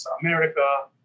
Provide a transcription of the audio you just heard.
America